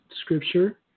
scripture